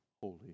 holy